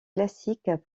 classiques